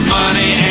money